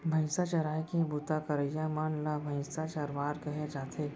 भईंसा चराए के बूता करइया मन ल भईंसा चरवार कहे जाथे